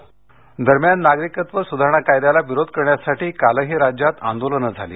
नागरिकत्व दरम्यान नागरिकत्व सुधारणा कायद्याला विरोध करण्यासाठी कालही राज्यात आंदोलनं झाली